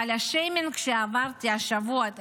אבל השיימינג שעברתי השבוע -- תודה רבה.